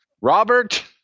Robert